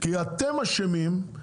כי אתם אשמים,